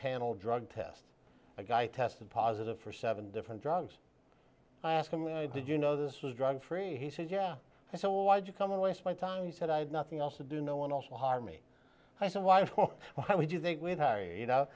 panel drug test a guy tested positive for seven different drugs i asked him why did you know this was drug free he said yeah so why did you come and waste my time he said i had nothing else to do no one else will hire me i said why why would you think we'd hire you know